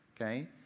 okay